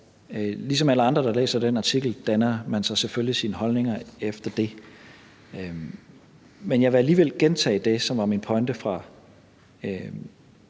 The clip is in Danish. ligesom alle andre, der læser den artikel, har jeg selvfølgelig indtaget en holdning til det. Men jeg vil alligevel gentage det, som var min pointe i